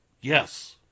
Yes